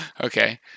Okay